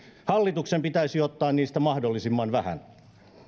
hallituksen pitäisi ottaa niistä mahdollisimman vähän